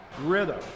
rhythm